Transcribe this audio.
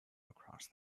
across